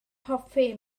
hoffi